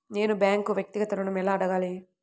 నేను బ్యాంక్ను వ్యక్తిగత ఋణం ఎలా అడగాలి?